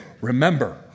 remember